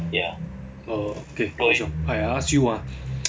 err okay 老兄 I ask you ah